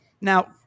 Now –